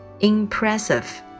Impressive